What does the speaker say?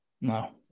No